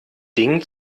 dingen